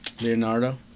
Leonardo